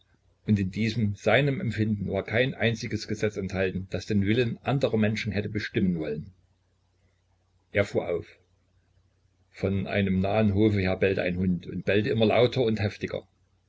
und in diesem seinem empfinden war kein einziges gesetz enthalten das den willen anderer menschen hätte bestimmen wollen er fuhr auf von einem nahen hofe her bellte ein hund und bellte immer lauter immer heftiger